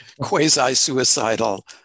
quasi-suicidal